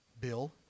Bill